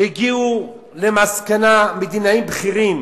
מזמן כבר הגיעו מדינאים בכירים